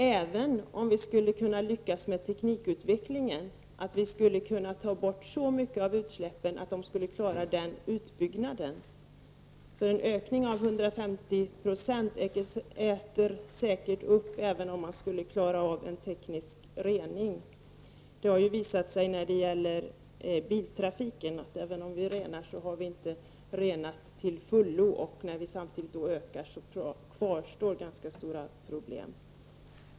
Även om vi skulle lyckas med teknikutvecklingen, är det väl ingen som tror att vi skulle kunna få bort så mycket av utsläppen att man skulle klara en sådan utbyggnad. En ökning med 150 96 äter säkerligen upp effekterna av en teknisk rening. I fråga om biltrafiken har det visat sig att även om vi renar, så har vi inte renat till fullo. När biltrafiken samtidigt ökar kvarstår ganska stora problem.